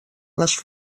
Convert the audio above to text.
les